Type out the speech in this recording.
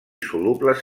solubles